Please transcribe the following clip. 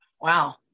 Wow